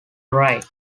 right